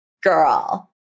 Girl